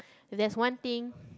there's one thing